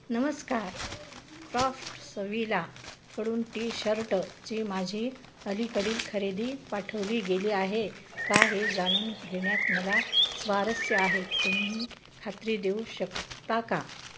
नमस्कार क्रॉफ्टसवीलाकडून टी शर्टची माझी अलीकडील खरेदी पाठवली गेली आहे का हे जाणून घेण्यात मला स्वारस्य आहे तुम्ही खात्री देऊ शकता का